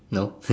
nope